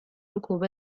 ركوب